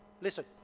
Listen